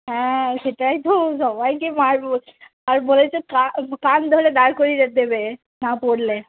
হ্যাঁ সেটাই তো সবাইকে মারব আর বলেছে কা কান ধরে দাঁড় করিয়ে দেবে না পড়লে